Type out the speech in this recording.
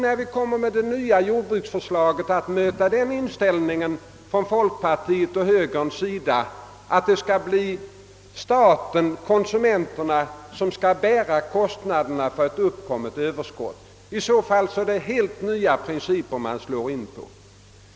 När vi lägger fram det nya jordbruksförslaget, kommer vi då från folkpartioch högerhåll att möta den inställning en att staten-konsumenterna skall bära kostnaderna för ett uppkommet överskott? I så fall har ni slagit in på en helt ny princip.